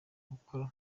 gukora